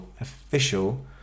official